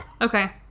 Okay